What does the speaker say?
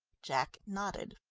jack nodded.